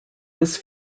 was